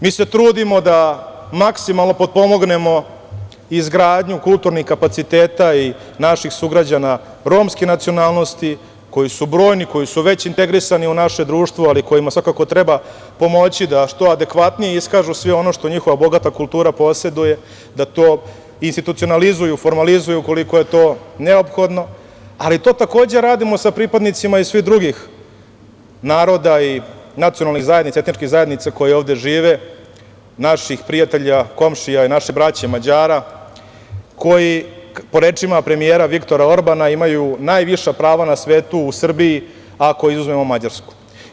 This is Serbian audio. Mi se trudimo da maksimalno potpomognemo izgradnju kulturnih kapaciteta i naših sugrađana romske nacionalnosti koji su brojni, koji su već integrisani u naše društvo, ali kojima svakako treba pomoći da što adekvatnije iskažu sve ono što njihova bogata kultura poseduje, da to institucionalizuju, formalizuju koliko je to neophodno, ali to takođe radimo sa pripadnicima i svih drugih naroda i nacionalnih zajednica, etnički zajednica, koje ovde žive, naših prijatelja, komšija i naše braće Mađara koji po rečima premijera Viktora Orbana imaju najviša prava na svetu u Srbiji, ako izuzmemo Mađarsku.